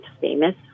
famous